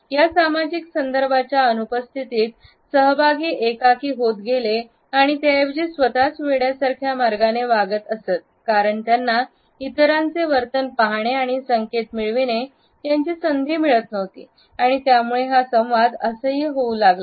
या सामाजिक संदर्भाच्या अनुपस्थितीत सहभागी एकाकी होत गेले आणि त्याऐवजी स्वतःच वेड्यासारख्या मार्गाने वागत असत कारण त्यांना इतरांचे वर्तन पाहणे आणि संकेत मिळविणे याची संधी मिळत नव्हती आणि त्यामुळे हा संवाद असह्य होऊ लागला